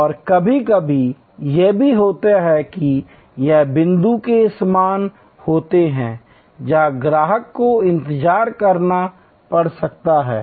और कभी कभी ये भी होते हैं यह बिंदु बिंदु के समान होते हैं जहां ग्राहक को इंतजार करना पड़ सकता है